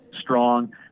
strong